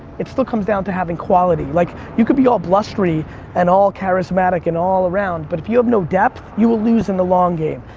it still comes down to having quality. like you can be all blustery and all charismatic and all around, but if you have no depth, you will lose in the long game.